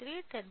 3 10